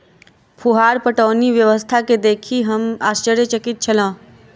फुहार पटौनी व्यवस्था के देखि हम आश्चर्यचकित छलौं